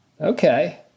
Okay